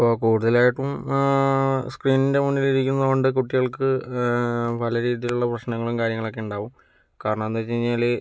ഇപ്പോൾ കൂടുതലായിട്ടും സ്ക്രീനിൻ്റെ മുന്നിൽ ഇരിക്കുന്നതുകൊണ്ട് കുട്ടികൾക്ക് പല രീതിയിൽ ഉള്ള പ്രശ്നങ്ങളും കാര്യങ്ങളൊക്കെ ഉണ്ടാകും കാരണമെന്തെന്നു വച്ചു കഴിഞ്ഞാൽ